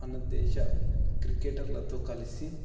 మన దేశ క్రికెటర్లతో కలిసి